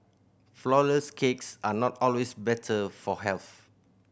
flourless cakes are not always better for health